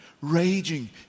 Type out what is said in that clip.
raging